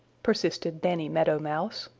persisted danny meadow mouse.